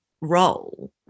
role